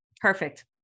Perfect